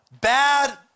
bad